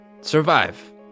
survive